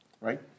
Right